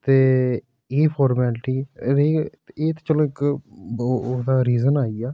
ते एह् फारमैलिटी एह् ते चलो इक ओह् हा रीजन आई गेआ